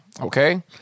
Okay